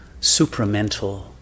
supramental